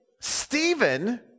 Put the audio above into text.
Stephen